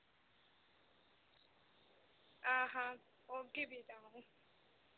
हां हां औगी फ्ही तां अऊं